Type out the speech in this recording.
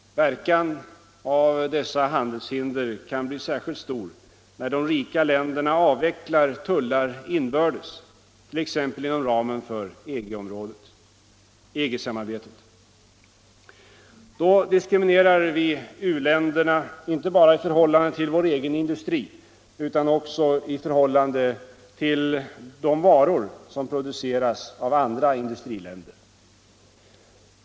Verkan av dessa handelshinder kan bli särskilt stor när de rika länderna avvecklar tullar inbördes, t.ex. inom ramen för EG-samarbetet. Då diskriminerar vi u-länderna inte bara i förhållande till vår egen industri utan också i förhållande till de varor som produceras av andra industriländer.